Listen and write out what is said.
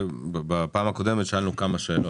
בפעם הקודמת שאלנו כמה שאלות.